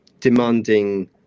demanding